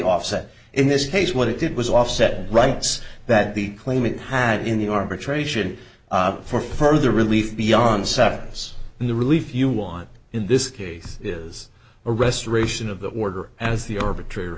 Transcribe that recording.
offset in this case what it did was offset rights that the claimant had in the arbitration for further relief beyond sadness and the relief you want in this case is a restoration of the order as the arbitra